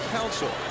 Council